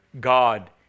God